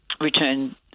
return